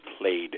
played